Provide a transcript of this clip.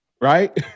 right